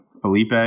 Felipe